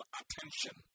attention